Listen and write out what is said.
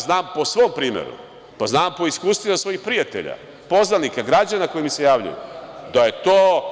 Znam po svom primeru, pa znam po iskustvima svojih prijatelja, poznanika, građana koji mi se javljaju da je to…